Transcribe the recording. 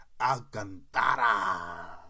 Alcantara